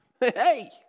Hey